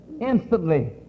instantly